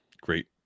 great